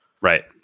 Right